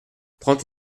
trente